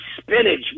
spinach